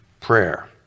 Prayer